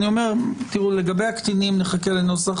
לגבי הקטינים, נחכה לנוסח